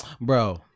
bro